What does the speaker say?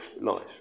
life